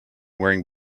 wearing